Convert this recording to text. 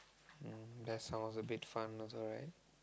mm that sounds a bit fun also right